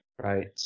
Right